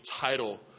title